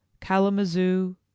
Kalamazoo